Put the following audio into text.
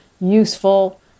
useful